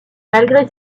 malgré